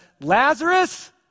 Lazarus